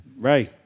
Ray